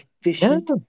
efficient